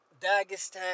Dagestan